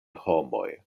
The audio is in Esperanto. homoj